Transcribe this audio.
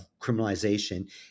criminalization